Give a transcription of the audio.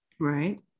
Right